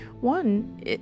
One